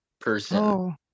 person